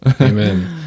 Amen